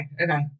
okay